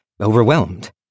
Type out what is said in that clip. overwhelmed